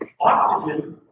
oxygen